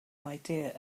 idea